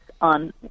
on